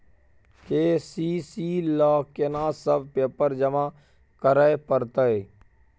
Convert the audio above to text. KCC ल केना सब पेपर जमा करै परतै?